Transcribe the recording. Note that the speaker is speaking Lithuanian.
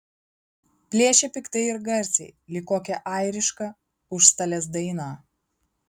plėšė piktai ir garsiai lyg kokią airišką užstalės dainą